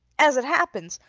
as it happens,